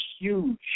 huge